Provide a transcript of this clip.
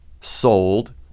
sold